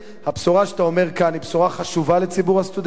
הבשורה שאתה אומר כאן היא בשורה חשובה לציבור הסטודנטים.